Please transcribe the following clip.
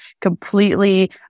completely